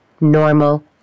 normal